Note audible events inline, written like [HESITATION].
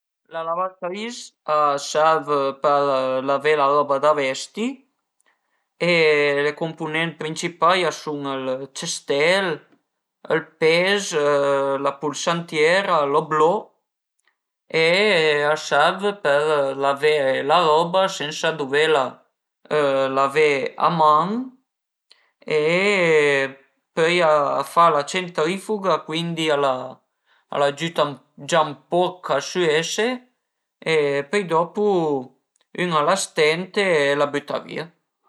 La lavatris a serv për lavé la roba da vesti e le cumpunent principai a sun ël cestel, ël pes, la pulsantiera, l'oblò e a servu per lavé la roba sensa duvela lavé a man [HESITATION] e pöi a fa la centrifuga cuindi al a a l'agiüta già ën poch a süese e pöi dopu ün a la stent e al büta vìa